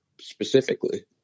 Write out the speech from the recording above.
specifically